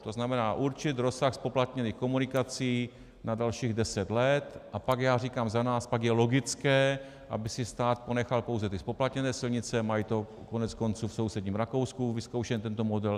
To znamená určit rozsah zpoplatněných komunikací na dalších deset let, a pak já říkám za nás, pak je logické, aby si stát ponechal pouze ty zpoplatněné silnice, mají to koneckonců v sousedním Rakousku, vyzkoušený tento model.